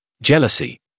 Jealousy